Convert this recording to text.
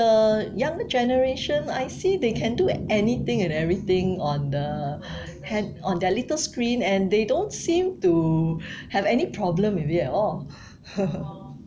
the younger generation I see they can do anything and everything on the hand on their little screen and they don't seem to have any problem with it at all